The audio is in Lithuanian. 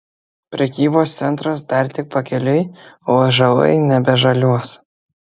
prekybos centras dar tik pakeliui o ąžuolai nebežaliuos